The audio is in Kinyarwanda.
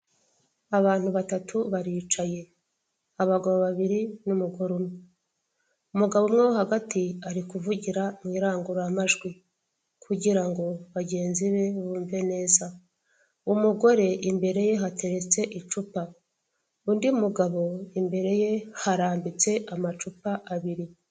Abantu batatu baricaye abagabo babiri n'umugore umwe, umugabo umwe wo hagati ari kuvugira mwirangururamajwi kugirango bagenzi be bumve neza, umugore imbere ye hateretse icupa, undi mugabo imbere ye harambitse amacupa abiri.